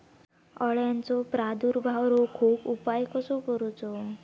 अळ्यांचो प्रादुर्भाव रोखुक उपाय कसो करूचो?